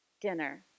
dinner